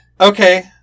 Okay